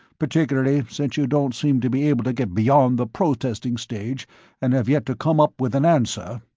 particularly since you don't seem to be able to get beyond the protesting stage and have yet to come up with an answer.